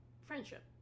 friendship